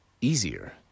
easier